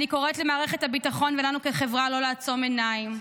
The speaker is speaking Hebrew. אני קוראת למערכת הביטחון ולנו כחברה לא לעצום עיניים.